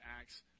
Acts